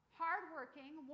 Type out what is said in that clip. hardworking